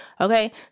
okay